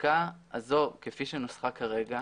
החזקה הזו, כפי שנוסחה כרגע,